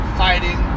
fighting